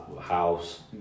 house